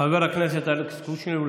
חבר הכנסת אלכס קושניר.